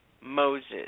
Moses